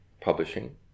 publishing